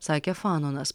sakė fanonas